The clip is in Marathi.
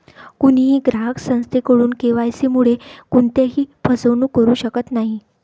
कोणीही ग्राहक संस्थेकडून के.वाय.सी मुळे कोणत्याही फसवणूक करू शकत नाही